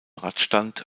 radstand